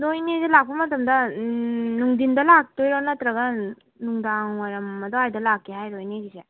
ꯑꯗꯣ ꯏꯅꯦꯁꯨ ꯂꯥꯛꯄ ꯃꯇꯝꯗ ꯅꯨꯡꯊꯤꯟꯗ ꯂꯥꯛꯇꯣꯏꯔꯣ ꯅꯠꯇ꯭ꯔꯒ ꯅꯨꯡꯗꯥꯡ ꯋꯥꯏꯔꯝ ꯑꯗꯨꯋꯥꯏꯗ ꯂꯥꯛꯀꯦ ꯍꯥꯏꯔꯤꯕ꯭ꯔꯣ ꯏꯅꯦꯒꯤꯁꯦ